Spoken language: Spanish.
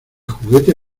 juguete